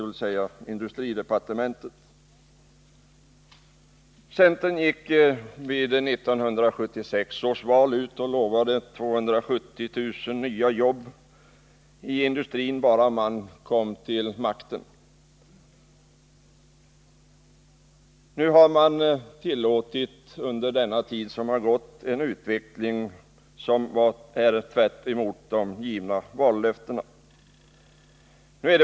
Inför 1976 års val lovade centern 270 000 nya jobb i industrin bara man kom till makten. Under den tid som gått har man tillåtit en utveckling som är tvärtemot de givna vallöftena.